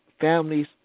families